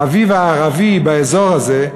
האביב הערבי באזור הזה,